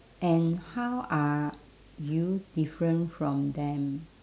and how are you different from them